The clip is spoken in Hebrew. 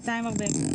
245,